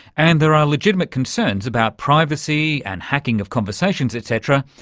and there are legitimate concerns about privacy and hacking of conversations, et cetera,